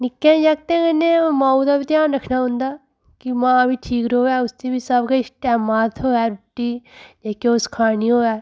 निक्के जागते कन्नै माऊ दा बी ध्यान रक्खना पौंदा कि मां बी ठीक रोऐ उसी बी सब किश टैमा दा थोहे रुट्टी जेह्की उस खानी होऐ